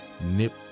nip